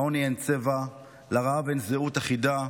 לעוני אין צבע, לרעב אין זהות אחידה.